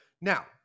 Now